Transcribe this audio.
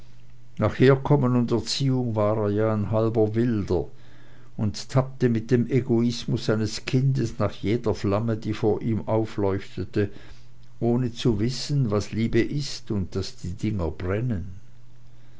nach herkommen und erziehung war er ja ein halber wilder und tappte mit dem egoismus eines kindes nach jeder flamme die vor ihm aufleuchtete ohne zu wissen was liebe ist und daß die dinger brennen